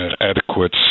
adequate